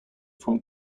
from